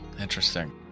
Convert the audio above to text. Interesting